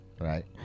right